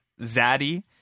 zaddy